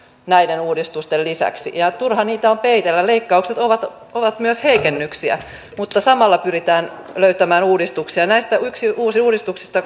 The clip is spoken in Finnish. näiden uudistusten lisäksi turha niitä on peitellä leikkaukset ovat ovat myös heikennyksiä mutta samalla pyritään löytämään uudistuksia näistä uudistuksista